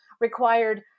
required